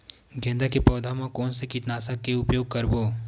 गेंदा के पौधा म कोन से कीटनाशक के उपयोग करबो?